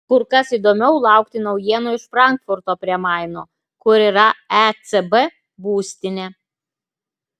kur kas įdomiau laukti naujienų iš frankfurto prie maino kur yra ecb būstinė